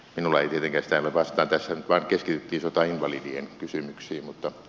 minulle hyvin että vastedes vain keskitti sotainvalidien kysymyksiin mutta